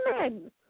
men